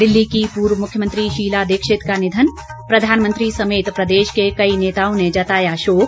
दिल्ली की पूर्व मुख्यमंत्री शीला दीक्षित का निधन प्रधानमंत्री समेत प्रदेश के कई नेताओं ने जताया शोक